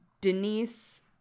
Denise